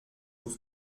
vos